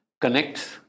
connects